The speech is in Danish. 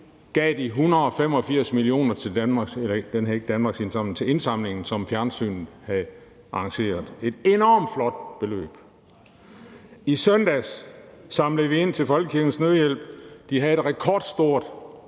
gav de 185 mio. kr. ved den indsamling, som fjernsynet havde arrangeret – et enormt flot beløb. I søndags samlede vi ind til Folkekirkens Nødhjælp, og de fik et rekordstort